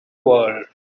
world